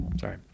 sorry